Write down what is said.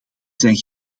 zijn